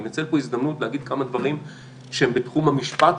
אני מנצל פה הזדמנות להגיד כמה דברים שהם בתחום המשפט,